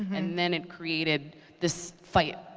and then, it created this fight.